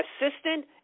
assistant